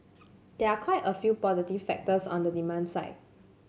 there are quite a few positive factors on the demand side